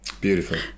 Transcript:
Beautiful